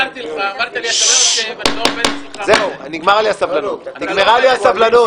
זהו, נגמרה לי הסבלנות.